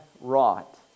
wrought